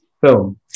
film